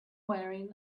wearing